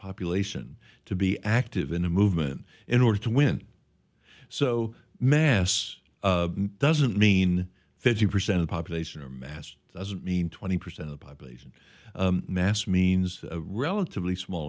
population to be active in the movement in order to win so mass doesn't mean fifty percent of population or mass doesn't mean twenty percent of the population mass means a relatively small